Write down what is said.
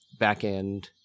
backend